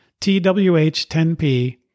TWH10P